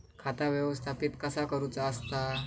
खाता व्यवस्थापित कसा करुचा असता?